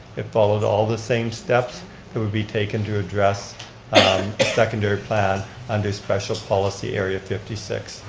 it followed all the same steps that would be taken to address a secondary plan under special policy area fifty six.